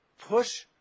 push